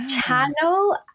Channel